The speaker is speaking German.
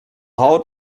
haut